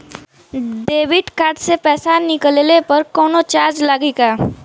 Debit card से पैसा निकलले पर कौनो चार्ज लागि का?